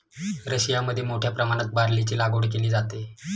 रशियामध्ये मोठ्या प्रमाणात बार्लीची लागवड केली जाते